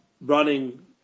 running